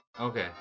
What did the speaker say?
Okay